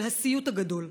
של הסיוט הגדול.